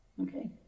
okay